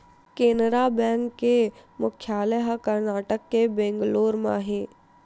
Canara bank के मुख्यालय ह करनाटक के बेंगलोर म हे